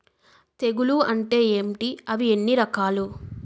తెగులు అంటే ఏంటి అవి ఎన్ని రకాలు?